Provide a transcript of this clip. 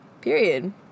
Period